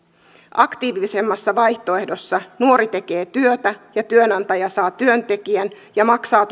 aktiivisemmassa vaihtoehdossa nuori tekee työtä ja työnantaja saa työntekijän ja maksaa